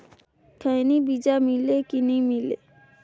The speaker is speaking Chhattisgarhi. खैनी बिजा मिले कि नी मिले?